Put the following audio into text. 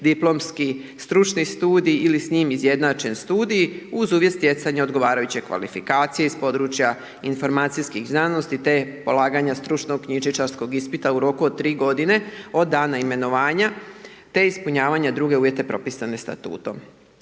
diplomski stručni studij ili s njim izjednačen studij uz uvjet stjecanja odgovarajuće kvalifikacije iz područja informacijskih znanosti te polaganja stručnog knjižničarskog ispita u roku od 3 godine od dana imenovanja te ispunjavanje drugih uvjeta propisanih statutom.